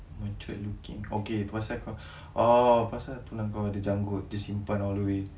matured looking okay tu pasal kau oh pasal tunang kau ada janggut dia simpan all the way